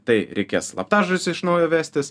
tai reikės slaptažodžius iš naujo vestis